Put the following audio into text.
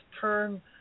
turn